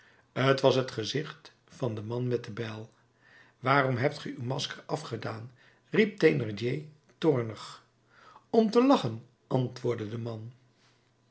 t was het gezicht van den man met de bijl waarom hebt ge uw masker afgedaan riep thénardier toornig om te lachen antwoordde de man